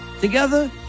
Together